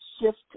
shift